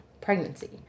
pregnancy